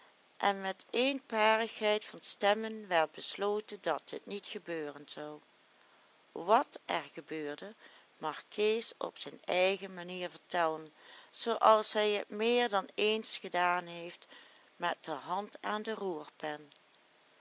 en met eenparigheid van stemmen werd besloten dat het niet gebeuren zou wat er gebeurde mag kees op zijn eigen manier vertellen zoo als hij het meer dan eens gedaan heeft met de hand aan de roerpen